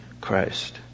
Christ